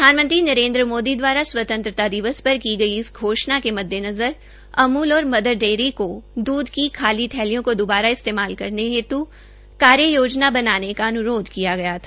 प्रधानमंत्री न्रेन्द्र मोदी दवारा स्वतंत्रता दिवस पर की गई घोषणा के मुद्देनज़र अमूल और मदर डेयरी को दूध की खाली थालियां को दूबारा इस्तेमाल करने हेतु कार्य योजना बनाने का अन्रोध किया गया था